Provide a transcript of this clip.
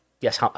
Yes